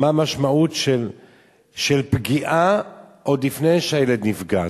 מה המשמעות של פגיעה עוד לפני שהילד נפגע.